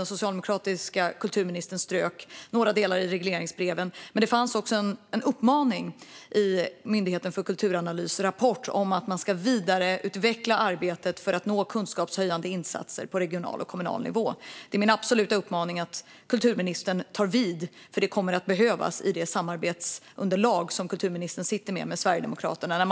Den socialdemokratiska kulturministern strök några delar i regleringsbreven. Men det fanns också en uppmaning i Myndigheten för kulturanalys rapport att vidareutveckla arbetet för att nå kunskapshöjande insatser på regional och kommunal nivå. Det är min absoluta uppmaning att kulturministern tar vid, för det kommer att behövas i det samarbetsunderlag med Sverigedemokraterna som kulturministern sitter med.